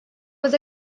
was